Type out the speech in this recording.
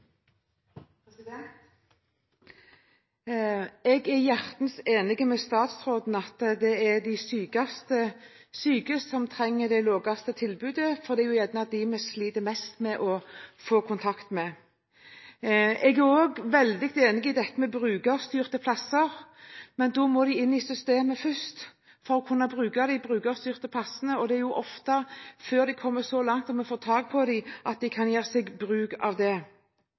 de sykeste syke som trenger lavest terskel på tilbudet, for det er gjerne dem vi sliter mest med å få kontakt med. Jeg er også veldig enig i dette med brukerstyrte plasser. Men de må inn i systemet først for å kunne bruke de brukerstyrte plassene, og det er ofte før de kommer så langt at vi får tak i dem, at de kan gjøre seg bruk av det.